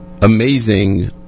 amazing